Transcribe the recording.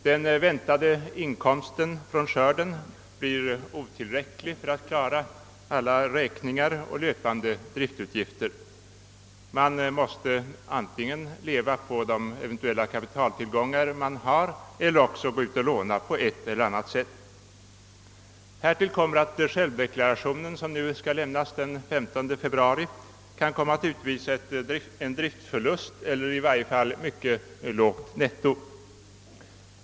Den väntade inkomsten från skörden blir otillräcklig och jordbrukarna kan inte klara alla räkningar och löpande driftutgifter. De måste antingen leva på eventuella kapitaltillgångar eller också låna på ett eller annat sätt. Härtill kommer att självdeklarationen som skall lämnas nu den 15 februari kan komma att utvisa en driftförlust eller i varje fall ett mycket lågt netto.